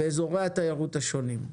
ועל אזורי התיירות השונים.